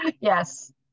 Yes